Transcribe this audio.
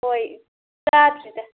ꯍꯣꯏ ꯆꯥꯗ꯭ꯔꯤꯗ